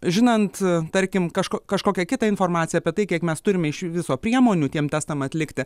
žinant tarkim kažko kažkokią kitą informaciją apie tai kiek mes turime iš viso priemonių tiem testam atlikti